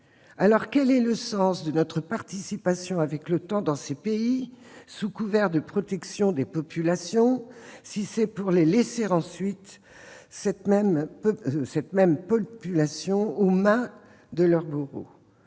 alors. Quel est le sens de notre participation aux interventions de l'OTAN dans ces pays, sous couvert de protection des populations, si on laisse ensuite ces mêmes populations aux mains de leurs bourreaux ?